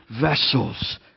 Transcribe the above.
vessels